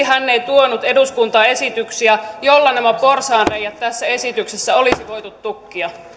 hän ei tuonut eduskuntaan esityksiä joilla nämä porsaanreiät tässä esityksessä olisi voitu tukkia